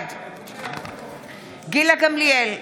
בעד גילה גמליאל,